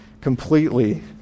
completely